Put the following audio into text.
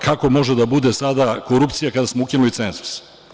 Kako može da bude sada korupcija kada smo ukinuli cenzus?